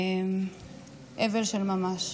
אבל של ממש.